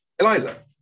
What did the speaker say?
Eliza